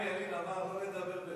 חיים ילין אמר לא לדבר בקול רם,